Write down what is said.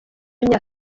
imyaka